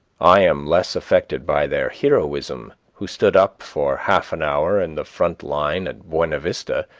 i am less affected by their heroism who stood up for half an hour in the front line at buena vista,